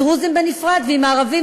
עם הדרוזים בנפרד ועם הערבים,